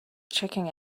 checking